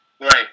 Right